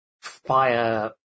fire